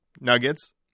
nuggets